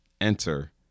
Enter